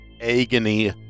agony